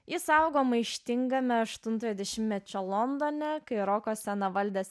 jis augo maištingame aštuntojo dešimtmečio londone kai roko sceną valdęs